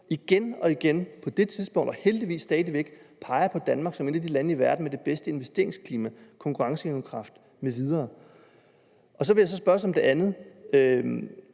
igen og igen pegede på – og heldigvis stadig væk peger på – Danmark som et af de lande i verden med det bedste investeringsklima, den bedste konkurrenceevnekraft m.v.? Som det andet vil jeg spørge: Er det ikke